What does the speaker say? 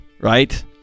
right